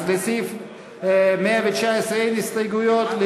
אז לסעיף 119 אין הסתייגויות,